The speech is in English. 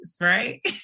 right